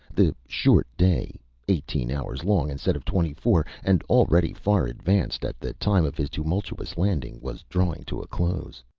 the short day eighteen hours long instead of twenty-four, and already far advanced at the time of his tumultuous landing was drawing to a close.